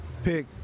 Pick